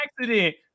Accident